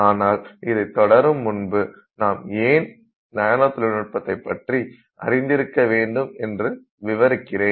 ஆனால் இதை தொடரும் முன்பு நாம் ஏன் நானோ தொழில்நுட்பத்தைப் பற்றி அறிந்திருக்க வேண்டும் என்று விவரிக்கிறேன்